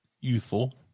youthful